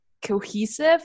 cohesive